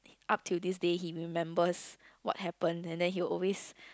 up till this day he remembers what happen and then he will always